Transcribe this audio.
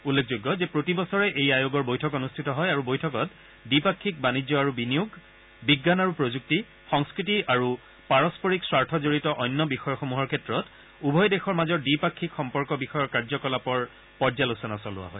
উল্লেখযোগ্য যে প্ৰতিবছৰে এই আয়োগৰ বৈঠক অনুষ্ঠিত হয় আৰু বৈঠকত দ্বিপাক্ষিক বাণিজ্য আৰু বিনিয়োগ বিজ্ঞান আৰু প্ৰযুক্তি সংস্থতি আৰু পাৰস্পৰিক স্বাৰ্থজড়িত অন্য বিষয়সমূহৰ ক্ষেত্ৰত উভয় দেশৰ মাজৰ দ্বিপাক্ষিক সম্পৰ্ক বিষয়ৰকাৰ্যকলাপৰ পৰ্যালোচনা চলোৱা হয়